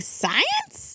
science